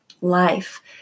life